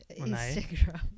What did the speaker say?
Instagram